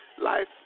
life